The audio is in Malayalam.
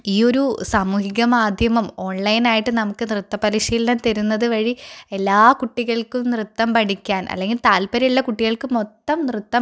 ഈ ഒരു സാമൂഹിക മാധ്യമം ഓൺലൈനായിട്ട് നമുക്ക് നൃത്തം പരിശീലനം തരുന്നത് വഴി എല്ലാ കുട്ടികൾക്കും നൃത്തം പഠിക്കാൻ അല്ലെങ്കിൽ താല്പര്യമുള്ള കുട്ടികൾക്കു മൊത്തം നൃത്തം